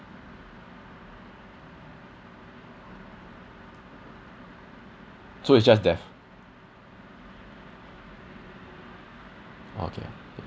so it's just death okay